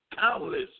Countless